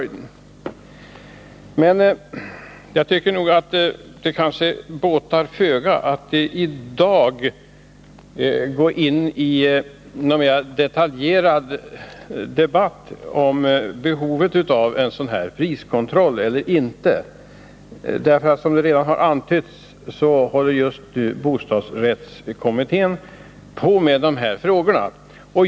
Jag tror emellertid att det båtar föga att i dag gå in i en mer detaljerad debatt om behovet av en priskontroll. Som det redan har antytts håller just bostadsrättskommittén på med dessa frågor.